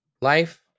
Life